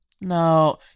No